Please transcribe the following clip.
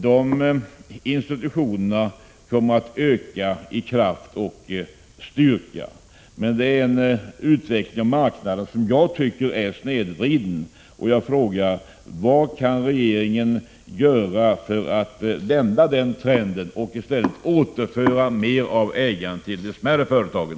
De institutionerna kommer att öka i kraft och styrka. Men det är en utveckling av marknaden som jag tycker är snedvriden. av ägandet till de smärre företagen?